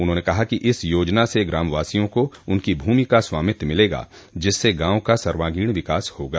उन्होंने कहा कि इस योजना से ग्रामवासियों को उनकी भूमि का स्वामित्व मिलेगा जिससे गांव का सर्वांगीण विकास होगा